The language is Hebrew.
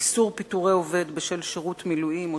איסור פיטורי עובד בשל שירות מילואים או